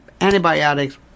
antibiotics